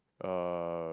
uh